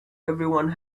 everyone